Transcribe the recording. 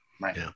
Right